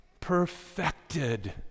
Perfected